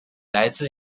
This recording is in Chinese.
来自